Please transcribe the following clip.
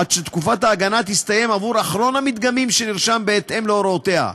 עד שתקופת ההגנה תסתיים עבור אחרון המדגמים שנרשם בהתאם להוראותיה.